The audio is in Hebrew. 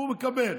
הוא מקבל.